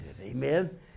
amen